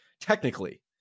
technically